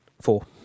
Four